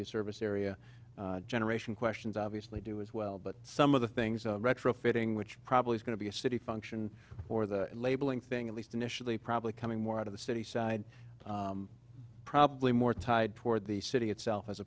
service area generation questions obviously do as well but some of the things retrofitting which probably is going to be a city function or the labeling thing at least initially probably coming more out of the city side probably more tied toward the city itself as